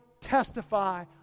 testify